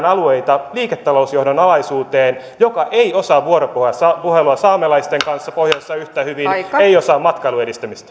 alueita liiketalousjohdon alaisuuteen joka ei osaa vuoropuhelua saamelaisten kanssa pohjoisessa yhtä hyvin ei osaa matkailun edistämistä